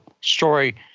story